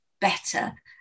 better